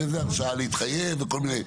הרי זה הרשאה להתחייב וכל זה,